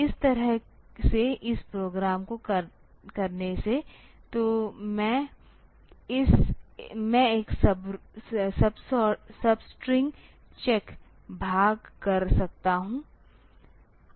तो इस तरह से इस प्रोग्राम को करने से तो मैं एक सबस्ट्रिंग चेक भाग कर सकता हूं